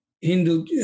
Hindu